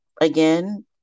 again